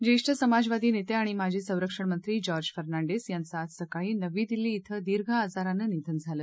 ज्येष्ठ समाजवादी नेते आणि माजी संरक्षण मंत्री जॉर्ज फर्नांडिस यांचं आज सकाळी नवी दिल्ली क्वें दीर्घ आजारानं निधन झालं